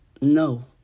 No